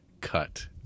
cut